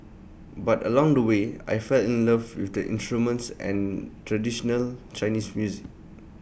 but along the way I fell in love with the instruments and traditional Chinese music